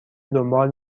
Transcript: دنبال